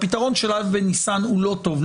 הפתרון של א' בניסן הוא לא טוב.